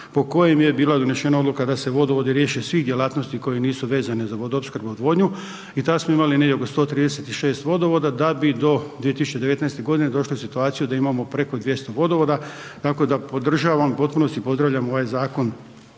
po kojem je bila donesena odluka da se vodovodi riješe svih djelatnosti koje nisu vezane za vodoopskrbu i odvodnju i tad smo imali negdje oko 136 vodovoda da bi do 2019.g. došli u situaciju da imamo preko 200 vodovoda, tako da podržavam i u potpunosti pozdravljam ovaj Zakon